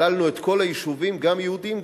כללנו את כל היישובים: גם יהודיים,